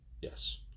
Yes